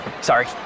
sorry